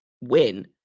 win